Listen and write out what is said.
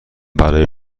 برای